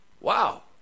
Wow